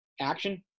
action